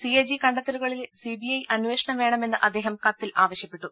CAG കണ്ടെത്തലുകളിൽ CBI അന്വേഷണം വേണമെന്ന് അദ്ദേഹം കത്തിൽ ആവശ്യപ്പെട്ടു